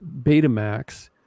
Betamax